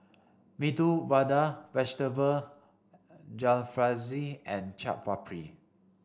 Medu Vada Vegetable Jalfrezi and Chaat Papri